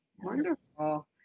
Wonderful